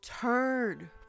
turn